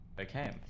Okay